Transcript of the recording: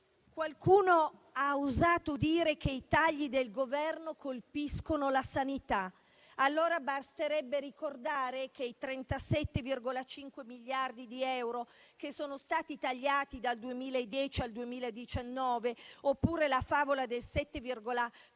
Qualcuno ha osato dire che i tagli del Governo colpiscono la sanità. Basterebbe ricordare che i 37,5 miliardi di euro che sono stati tagliati dal 2010 al 2019 oppure la favola del 7,4